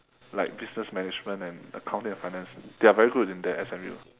like business management and accounting and finance they are very good in that S_M_U